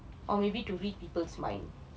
or maybe to read people's mind